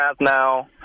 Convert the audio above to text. now